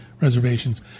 reservations